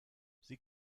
sie